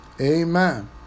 Amen